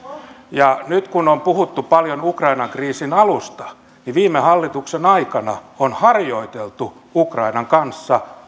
nyt kun on puhuttu paljon ukrainan kriisin alusta niin viime hallituksen aikana on harjoiteltu ukrainan kanssa